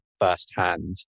firsthand